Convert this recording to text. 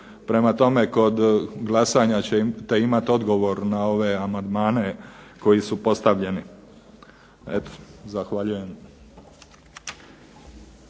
Prema tome, kod glasanja ćete imati odgovor na ove amandmane koji su postavljeni. Zahvaljujem.